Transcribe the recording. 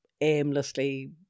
aimlessly